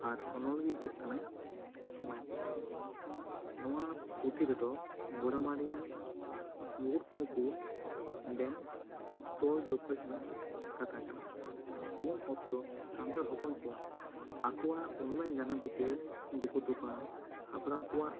ᱟᱨ ᱚᱱᱚᱞᱤᱭᱟᱹᱭ ᱦᱩᱭᱩᱜ ᱠᱟᱱᱟᱭ ᱥᱚᱢᱟᱭ ᱠᱤᱥᱠᱩ ᱱᱚᱶᱟ ᱯᱩᱛᱷᱤ ᱨᱮᱫᱚ Gorabari Mukutmanipur dam ᱛᱚᱞ ᱡᱚᱠᱷᱚᱱ ᱨᱮᱱᱟᱜ ᱠᱟᱛᱷᱟ ᱠᱟᱱᱟ ᱩᱱ ᱚᱠᱛᱚ ᱥᱟᱱᱛᱟᱲ ᱦᱚᱯᱚᱱ ᱠᱚ ᱟᱠᱚᱣᱟᱜ ᱩᱱᱩᱢᱮᱱ ᱡᱟᱱᱟᱢ ᱵᱷᱤᱴᱟᱹ ᱵᱩᱠᱟᱹ ᱛᱚᱯᱟ ᱦᱟᱯᱲᱟᱢ ᱠᱚᱣᱟᱜ